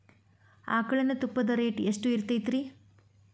ಆಕಳಿನ ತುಪ್ಪದ ರೇಟ್ ಎಷ್ಟು ಇರತೇತಿ ರಿ?